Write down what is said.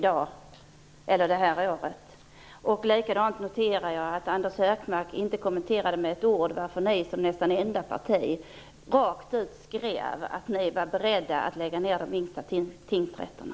Jag noterade också att Anders Högmark inte med ett ord kommenterade varför ni som nästan enda parti rakt ut skrev att ni var beredda att lägga ned de minsta tingsrätterna.